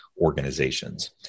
organizations